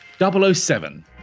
007